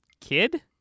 kid